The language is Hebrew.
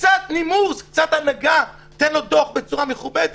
קצת נימוס, קצת הנהגה, תן לו דוח בצורה מכובדת.